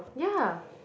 ya